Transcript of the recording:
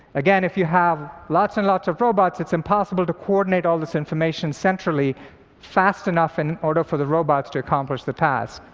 again, if you have lots and lots of robots, it's impossible to coordinate all this information centrally fast enough in order for the robots to accomplish the task.